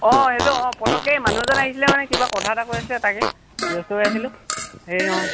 অঁ হেল্ল' অঁ পটককৈ এই মানুহ এজন আহিছিলে মানে কিবা কথা এটা কৈ আছিলে তাকে ব্যস্ত কৰি আছিলোঁ হেৰি অঁ